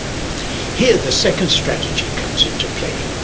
here the second strategy comes into play,